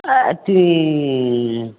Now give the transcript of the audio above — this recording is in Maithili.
आओर अथी